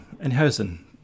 in-housing